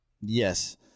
Yes